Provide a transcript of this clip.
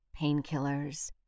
painkillers